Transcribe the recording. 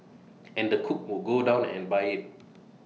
and the cook would go down and buy IT